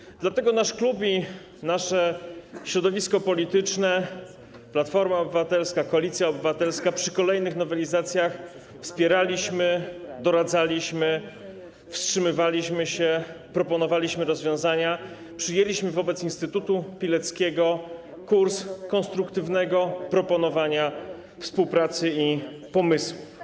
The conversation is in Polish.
Dlatego jeśli chodzi o nasz klub i nasze środowisko polityczne, Platformę Obywatelską, Koalicję Obywatelską, przy kolejnych nowelizacjach wspieraliśmy, doradzaliśmy, wstrzymywaliśmy się, proponowaliśmy rozwiązania, przyjęliśmy wobec instytutu Pileckiego kurs konstruktywnego proponowania współpracy i pomysłów.